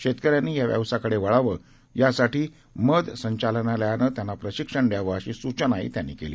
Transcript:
शेतकऱ्यांनी या व्यवसायाकडे वळावं यासाठी मध संचालनालयानं त्यांना प्रशिक्षण द्यावं अशी सूचना त्यांनी केली